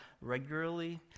regularly